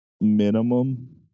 minimum